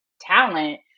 talent